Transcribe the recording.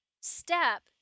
step